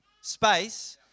space